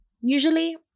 Usually